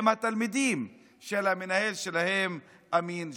עם התלמידים של המנהל שלהם אמין אל-ג'מל.